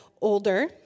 older